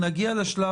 היא מבקשת להרחיב.